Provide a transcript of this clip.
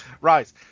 Right